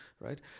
right